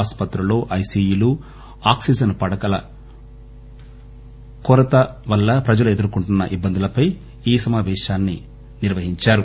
ఆసుపత్రుల్లో ఐసియులు ఆక్సిజన్ పడకల కొరత వల్ల ప్రజలు ఎదుర్కొంటున్న ఇబ్బందులపై ఈ సమాపేశంలో ప్రధానంగా చర్చించారు